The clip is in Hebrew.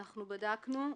אנחנו בדקנו.